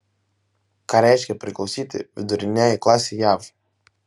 ką reiškia priklausyti viduriniajai klasei jav